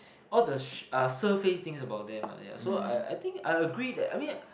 all the sh~ surface things about them lah yeah so I I think I agree that I mean